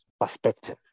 perspective